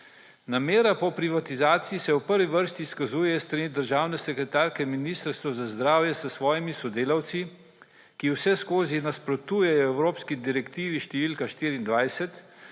Namera po privatizaciji se v prvi vrsti izkazuje s strani državne sekretarke Ministrstvo za zdravje s svojimi sodelavci, ki vseskozi nasprotuje Evropski direktivi številka 24,